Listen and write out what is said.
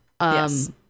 Yes